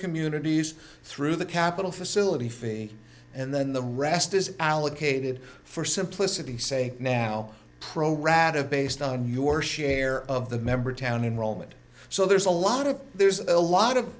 communities through the capital facility fee and then the rest is allocated for simplicity say now pro rata based on your share of the member town in roman so there's a lot of there's a lot of